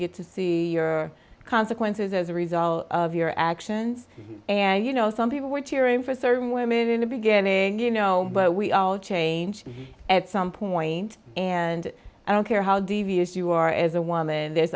get to see your consequences as a result of your actions and you know some people were cheering for certain women in the beginning you know but we all change at some point and i don't care how devious you are as a woman there's